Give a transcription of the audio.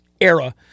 era